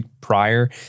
prior